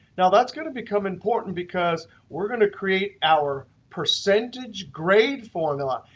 now, that's going to become important, because we're going to create our percentage grade formula.